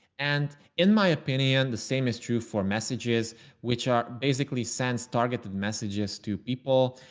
and in my opinion, the same is true for messages which are basically sense. targeted messages to people.